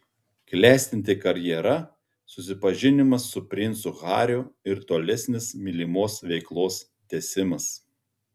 klestinti karjera susipažinimas su princu hariu ir tolesnis mylimos veiklos tęsimas